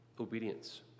obedience